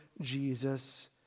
Jesus